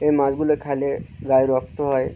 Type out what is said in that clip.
এই মাছগুলো খেলে গায়ে রক্ত হয়